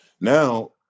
now